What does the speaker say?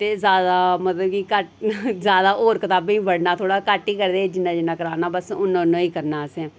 ते जादा मतलब कि घट्ट जादा होर कताबें ई पढ़ना थोह्ड़ा घट्ट जिन्ना जिन्ना करना अस उन्ना उन्नाई करना असें